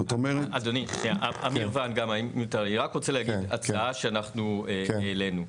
אדוני, אני רק רוצה להגיד הצעה שאנחנו העלנו.